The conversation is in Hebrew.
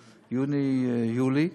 יוני-יולי.